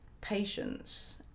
patience